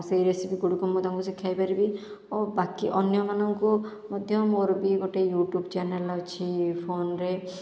ସେଇ ରେସିପି ଗୁଡ଼ିକୁ ମୁଁ ତାଙ୍କୁ ଶିଖାଇପାରିବି ଓ ବାକି ଅନ୍ୟମାନଙ୍କୁ ମଧ୍ୟ ମୋର ବି ଗୋଟିଏ ୟୁଟ୍ୟୁବ୍ ଚ୍ୟାନେଲ୍ ଅଛି ଫୋନ୍ରେ